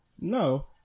No